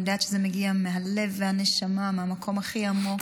אני יודעת שזה מגיע מהלב והנשמה, מהמקום הכי עמוק,